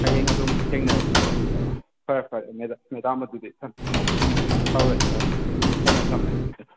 ꯍꯌꯦꯡ ꯑꯗꯨꯝ ꯊꯦꯡꯅꯔꯁꯤꯀꯣ ꯐꯔꯦ ꯐꯔꯦ ꯃꯦꯗꯥꯝ ꯑꯗꯨꯗꯤ ꯊꯝꯃꯦ ꯍꯧꯔꯁꯤ ꯍꯧꯔꯁꯤ ꯊꯝꯃꯦ ꯊꯝꯃꯦ ꯑꯗꯨꯗꯤ